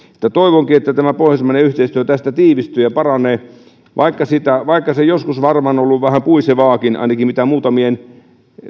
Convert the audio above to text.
toivonkin että tämä pohjoismainen yhteistyö tästä tiivistyy ja paranee vaikka se joskus varmaan on ollut vähän puisevaakin ainakin mitä muutamien